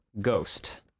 Ghost